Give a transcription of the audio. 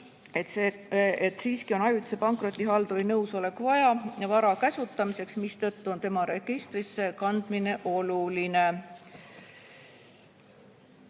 et siiski on ajutise pankrotihalduri nõusolekut vaja vara käsutamiseks, mistõttu on tema registrisse kandmine oluline.